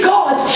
God